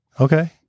Okay